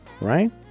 right